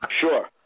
Sure